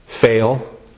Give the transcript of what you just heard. fail